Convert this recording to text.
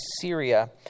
Syria